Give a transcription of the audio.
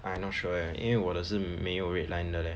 I not sure eh 因为我的是没有 red line 的 leh